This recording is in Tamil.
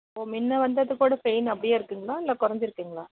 இப்போது முன்ன வந்தது கூட பெயின் அப்படியே இருக்குதுங்களா இல்லை குறஞ்சிருக்குங்களா